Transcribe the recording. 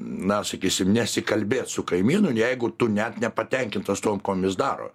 na sakysim nesikalbėt su kaimynu jeigu tu net nepatenkintas tuom kuom jis daro